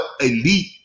elite